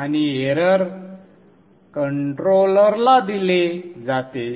आणि error refer वेळ 0700 कंट्रोलरला दिले जाते